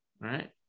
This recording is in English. Right